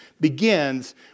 begins